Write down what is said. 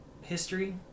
history